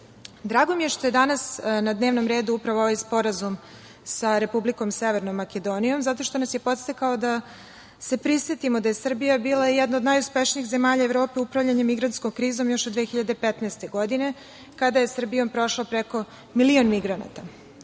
mi je što je danas na dnevnom redu upravo ovaj sporazum sa Republikom Severnom Makedonijom, zato što nas je podstakao da se prisetimo da je Srbija bila jedna od najuspešnijih zemalja Evrope upravljanjem migrantskom krizom još od 2015. godine kada je Srbijom prošlo preko milion migranata. Podsetimo